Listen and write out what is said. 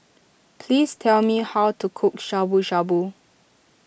please tell me how to cook Shabu Shabu